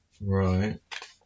right